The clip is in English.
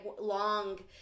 long